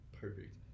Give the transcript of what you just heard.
perfect